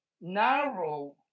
narrow